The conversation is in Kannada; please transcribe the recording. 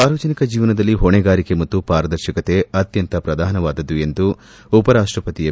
ಸಾರ್ವಜನಿಕ ಜೀವನದಲ್ಲಿ ಹೊಣೆಗಾರಿಕೆ ಮತ್ತು ಪಾರದರ್ಶಕತೆ ಅತ್ಯಂತ ಪ್ರಧಾನವಾದುದು ಎಂದು ಉಪರಾಷ್ಲಪತಿ ಎಂ